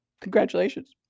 Congratulations